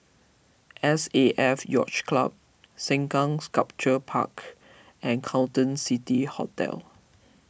S A F Yacht Club Sengkang Sculpture Park and Carlton City Hotel